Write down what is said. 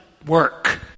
work